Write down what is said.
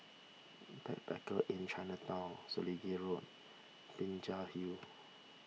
Backpackers Inn Chinatown Selegie Road Binjai Hill